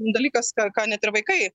dalykas ką net ir vaikai